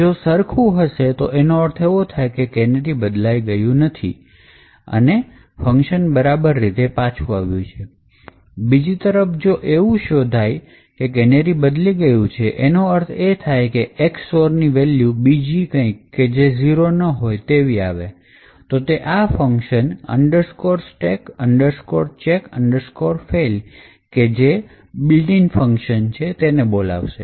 જો એ સરખું હશે એનો અર્થ એવો થાય કે કેનેરી બદલાયું નથી અને ફંકશન બરાબર રીતે પાછું આવ્યું છે અને બીજી તરફ જો એવું શોધો કે કેનેરી બદલી ગયું છે એનો અર્થ એ છે કે Ex OR ની વેલ્યુ બીજું કંઈક આવે કે જે ઝીરો ન હોય તો એ આ ફંકશન stack chk fail કે જે built in ફંકશન છે એને બોલાવશે